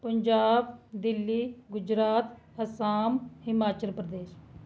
Punjab Gujarat Delhi Assam Himachal Pradesh